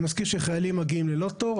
אני מזכיר שחיילים מגיעים ללא תור,